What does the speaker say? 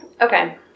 Okay